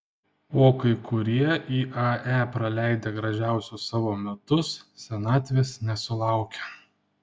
o kai kurie iae praleidę gražiausius savo metus senatvės nesulaukia